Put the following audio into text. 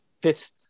fifth